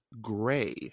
gray